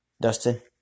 Dustin